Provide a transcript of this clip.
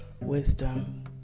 wisdom